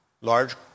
large